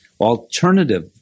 Alternative